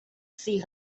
see